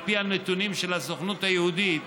על פי הנתונים של הסוכנות היהודית,